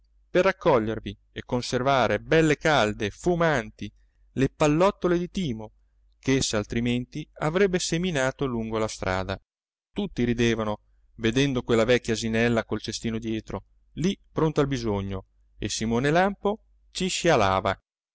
per raccogliervi e conservare belle calde fumanti le pallottole di timo ch'essa altrimenti avrebbe seminato lungo la strada tutti ridevano vedendo quella vecchia asinella col cestino dietro lì pronto al bisogno e simone lampo ci scialava era